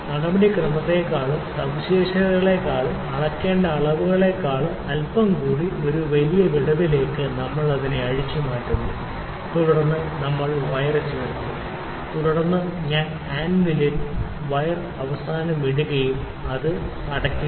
നടപടിക്രമത്തേക്കാളും സവിശേഷതകളേക്കാളും അളക്കേണ്ട അളവുകളേക്കാളും അല്പം കൂടി ഒരു വിടവിലേക്ക് നമ്മൾ അതിനെ അഴിച്ചുമാറ്റുന്നു തുടർന്ന് നമ്മൾ വയർ ചേർക്കും തുടർന്ന് ഞാൻ ആൻവിലിന്റെ വയർ അവസാനം ഇടും അത് അടയ്ക്കുക